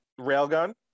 Railgun